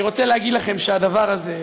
אני רוצה להגיד לכם שהדבר הזה,